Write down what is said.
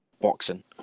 boxing